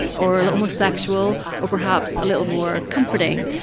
or a little more sexual or perhaps a little more comforting.